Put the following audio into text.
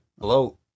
Hello